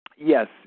Yes